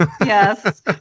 Yes